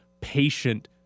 patient